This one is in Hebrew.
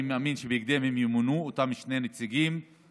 אני מאמין שאותם שני נציגים ימונו בהקדם.